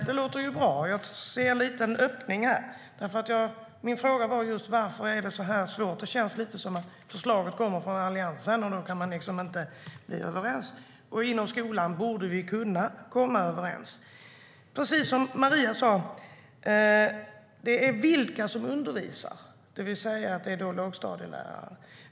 STYLEREF Kantrubrik \* MERGEFORMAT Svar på interpellationerPrecis som Maria sa handlar det om vilka som ska undervisa, det vill säga lågstadielärare.